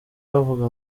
bavuga